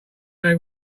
they